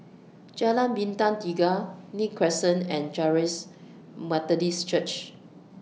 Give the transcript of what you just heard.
Jalan Bintang Tiga Nim Crescent and Charis Methodist Church